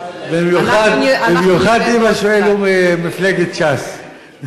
במיוחד אם השואל הוא ממפלגת ש"ס.